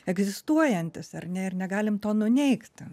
egzistuojantis ar ne ir negalim to nuneigt